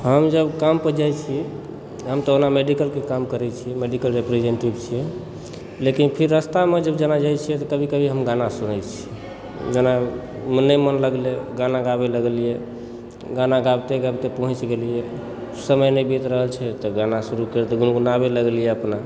हम जब काम पर जाइत छी हम तऽ ओना मेडिकलके काम करय छी मेडिकल रिप्रजेण्टेटिव छियै लेकिन फेर रास्तामे जब जेना जाइत छियै तऽ कभी कभी हम गाना सुनय छी जेना नहि मन लगलै गाना गाबय लगलियै गाना गाबिते गाबिते पहुँच गेलियै समय नहि बीत रहल छै तऽ गाना शुरु करि देलियै गुनगुनाबे लगलियै अपना